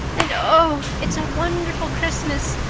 and oh, it's a wonderful christmas.